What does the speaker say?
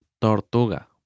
Tortuga